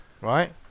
right